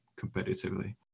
competitively